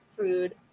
food